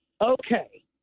okay